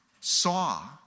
saw